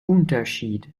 unterschied